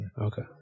Okay